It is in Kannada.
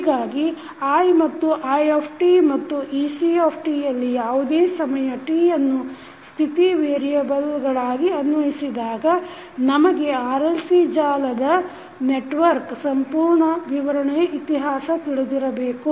ಹೀಗಾಗಿ i ಮತ್ತು i ಮತ್ತು ectಯಲ್ಲಿ ಯಾವುದೇ ಸಮಯ t ಯನ್ನು ಸ್ಥಿತಿ ವೇರಿಯೆಬಲ್ಗಳಾಗಿ ಅನ್ವಯಿಸಿದಾಗ ನಮಗೆ RLC ಜಾಲದ ಸಂಪೂರ್ಣ ವಿವರಣೆ ಇತಿಹಾಸವನ್ನು ತಿಳಿದಿರಬೇಕು